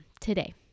today